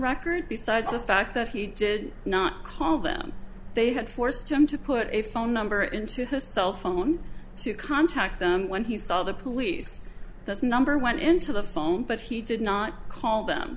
record besides the fact that he did not call them they had forced him to put a phone number into his cell phone to contact them when he saw the police that's number one into the phone but he did not call them